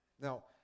Now